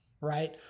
right